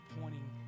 pointing